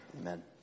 amen